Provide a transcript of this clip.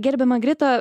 gerbiama grita